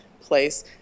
place